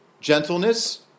gentleness